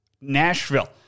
Nashville